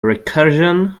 recursion